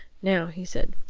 now, he said,